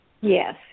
Yes